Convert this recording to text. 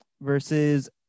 versus